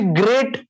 great